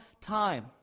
time